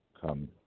come